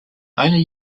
only